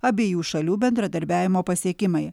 abiejų šalių bendradarbiavimo pasiekimai